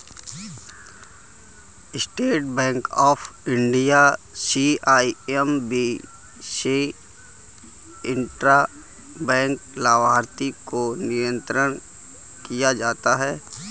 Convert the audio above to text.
state bank of India CIMB से intra bank लाभार्थी को नियंत्रण किया जाता है